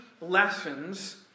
lessons